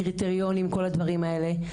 קריטריונים כל הדברים האלה,